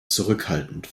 zurückhaltend